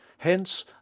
Hence